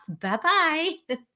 Bye-bye